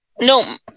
No